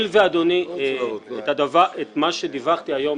הואיל, אדוני, שמה שדיווחתי היום